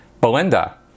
Belinda